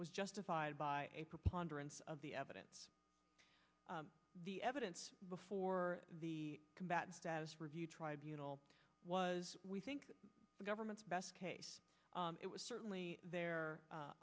was justified by a preponderance of the evidence the evidence before the combatant status review tribunals was we think the government's best case it was certainly the